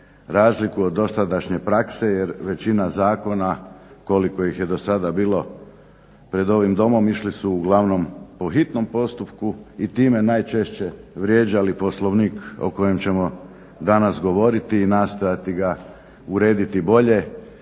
razliku od dosadašnje prakse jer većina zakona, koliko ih je do sada bilo pred ovim domom išli su uglavnom po hitnom postupku i time najčešće vrijeđali Poslovnik o kojem ćemo danas govoriti i nastojati ga urediti bolje